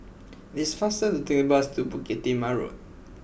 this faster to take the bus to Bukit Timah Road